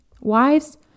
Wives